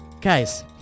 Guys